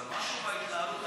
אבל משהו בהתנהלות,